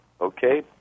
okay